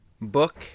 book